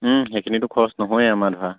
সেইখিনিতো খৰচ নহয়ে আমাৰ ধৰা